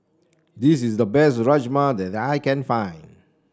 this is the best Rajma that I can find